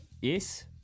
Yes